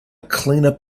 cleaner